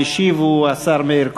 המשיב הוא השר מאיר כהן.